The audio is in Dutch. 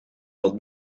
dat